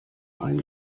ein